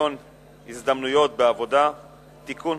העונשין (תיקון